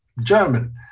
German